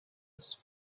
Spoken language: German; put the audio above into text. ist